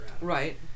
Right